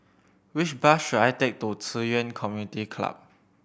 which bus should I take to Ci Yuan Community Club